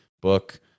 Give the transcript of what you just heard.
book